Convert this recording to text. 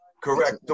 Correct